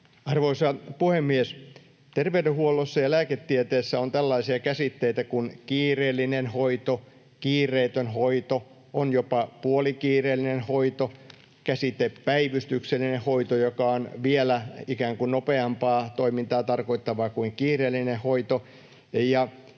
Arvoisa puhemies! Terveydenhuollossa ja lääketieteessä on tällaisia käsitteitä kuin kiireellinen hoito, kiireetön hoito, on jopa puolikiireellinen hoito ja käsite päivystyksellinen hoito, joka on ikään kuin vielä nopeampaa toimintaa tarkoittava kuin kiireellinen hoito.